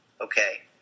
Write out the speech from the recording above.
okay